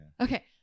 Okay